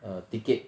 err ticket